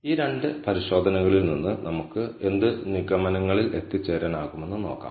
അതിനാൽ ഈ രണ്ട് പരിശോധനകളിൽ നിന്ന് നമുക്ക് എന്ത് നിഗമനങ്ങളിൽ എത്തിച്ചേരാനാകുമെന്ന് നോക്കാം